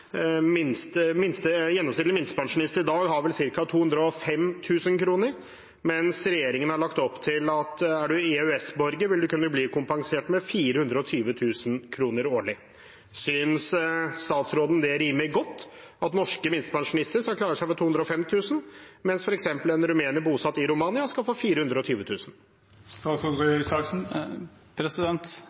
gjennomsnittlig minstepensjonist i dag har vel ca. 205 000 kr, mens regjeringen har lagt opp til at om man er EØS-borger, vil man kunne bli kompensert med 420 000 kr årlig. Synes statsråden det rimer godt at norske minstepensjonister skal klare seg med 205 000 kr, mens f.eks. en rumener bosatt i Romania skal få